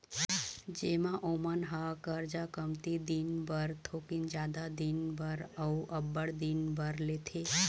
जेमा ओमन ह करजा कमती दिन बर, थोकिन जादा दिन बर, अउ अब्बड़ दिन बर लेथे